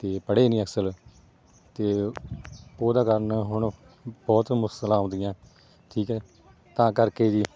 ਅਤੇ ਪੜ੍ਹਿਆ ਨਹੀਂ ਅਕਸਰ ਅਤੇ ਉਹਦਾ ਕਾਰਨ ਹੁਣ ਬਹੁਤ ਮੁਸ਼ਕਲਾਂ ਆਉਂਦੀਆਂ ਠੀਕ ਹੈ ਤਾਂ ਕਰਕੇ ਜੀ